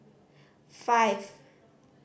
five